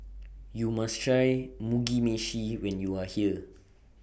YOU must Try Mugi Meshi when YOU Are here